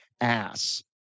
ass